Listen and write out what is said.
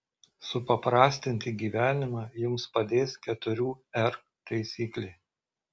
supaprastinti gyvenimą jums padės keturių r taisyklė